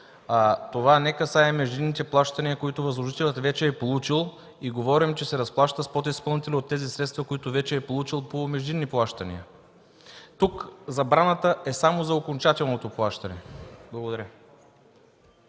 Това не касае междинните плащания, които възложителят вече е получил, и говорим, че се разплаща с подизпълнителя от тези средства, които вече е получил по междинни плащания. Тук забраната е само за окончателното плащане. Благодаря.